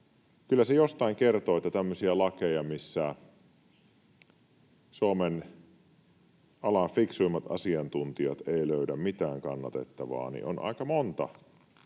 kyllä se jostain kertoo, että tämmöisiä lakeja, missä Suomen alan fiksuimmat asiantuntijat eivät löydä mitään kannatettavaa, on aika monta.